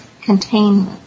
containment